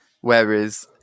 Whereas